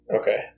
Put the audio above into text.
Okay